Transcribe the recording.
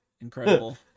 incredible